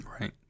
Right